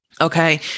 okay